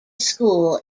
school